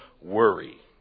worry